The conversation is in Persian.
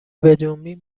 بجنبین